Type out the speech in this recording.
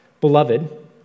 Beloved